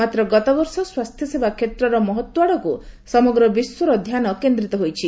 ମାତ୍ର ଗତବର୍ଷ ସ୍ୱାସ୍ଥ୍ୟସେବା କ୍ଷେତ୍ରର ମହତ୍ତ୍ୱ ଆଡ଼କୁ ସମଗ୍ର ବିଶ୍ୱର ଧ୍ୟାନ କେନ୍ଦ୍ରିତ ହୋଇଛି